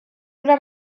una